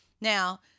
now